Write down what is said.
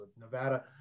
Nevada